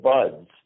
Buds